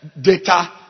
data